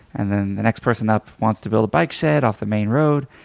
and then the next person up wants to build a bike shed off the main road.